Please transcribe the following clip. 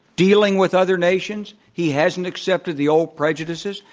dealing with other nations. he hasn't accepted the old prejudices.